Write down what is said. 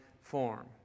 form